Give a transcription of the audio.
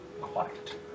quiet